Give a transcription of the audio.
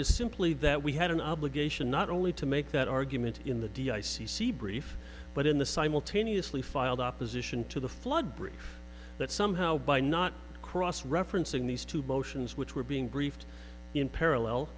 is simply that we had an obligation not only to make that argument in the d i c c brief but in the simultaneously filed opposition to the flood brief that somehow by not cross referencing these two motions which were being briefed in parallel